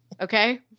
Okay